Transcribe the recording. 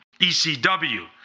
ECW